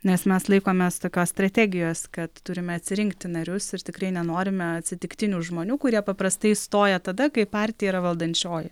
nes mes laikomės tokios strategijos kad turime atsirinkti narius ir tikrai nenorime atsitiktinių žmonių kurie paprastai stoja tada kai partija yra valdančioji